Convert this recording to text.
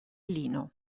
lino